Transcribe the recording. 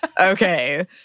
Okay